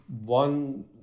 one